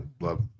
love